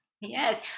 Yes